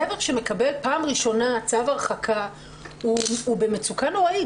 גבר שמקבל פעם ראשונה צו הרחקה הוא במצוקה נוראית.